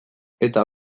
eta